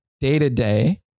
day-to-day